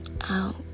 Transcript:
Out